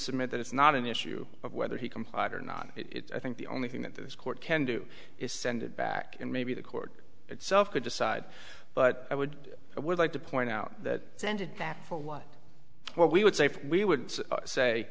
submit that it's not an issue of whether he complied or not it's i think the only thing that this court can do is send it back and maybe the court itself could decide but i would i would like to point out that it's ended that for what what we would say if we would say